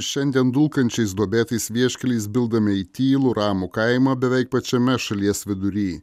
šiandien dulkančiais duobėtais vieškeliais bildame į tylų ramų kaimą beveik pačiame šalies vidury